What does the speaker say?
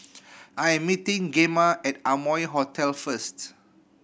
I'm meeting Gemma at Amoy Hotel first